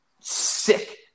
sick